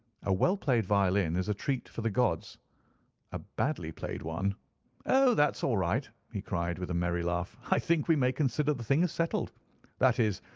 a well-played violin is a treat for the gods a badly-played one oh, that's all right, he cried, with a merry laugh. i think we may consider the thing as settled that is,